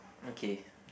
okay